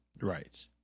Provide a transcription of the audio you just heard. right